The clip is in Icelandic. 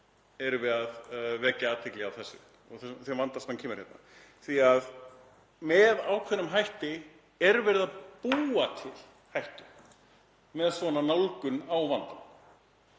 erum við að vekja athygli á þessu og þeim vanda sem hér kemur fram því að með ákveðnum hætti er verið að búa til hættu með svona nálgun á vandann.